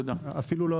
אפילו לא